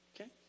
Okay